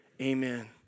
amen